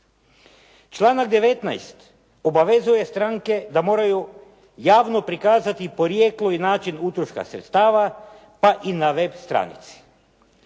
Članak 19. obavezuje stranke da moraju javno prikazati porijeklo i način utroška sredstava pa i na web stranici.